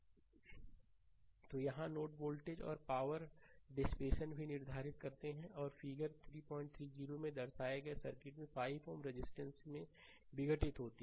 slide समय देखें 1711 तो यहाँ नोड वोल्टेज और पावर डिसिपेशन भी निर्धारित करते हैं और फिगर 330 में दर्शाए गए सर्किट में 5Ωs रजिस्टर में विघटित होती है